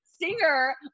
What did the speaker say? singer